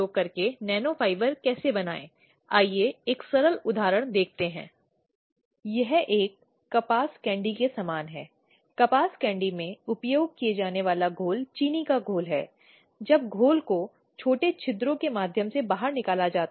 अब दोनों पक्षों को सुना जाना चाहिए कि उन्हें धैर्य पूर्वक और उनके सभी और उन सभी को सुना जाना चाहिए जो वे शिकायत के संबंध में कहना चाहते हैं